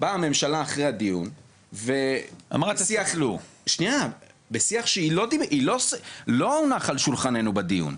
באה הממשלה אחרי הדיון ואמרה בשיח שלא נח על שולחננו בדיון,